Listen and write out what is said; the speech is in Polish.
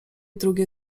drugie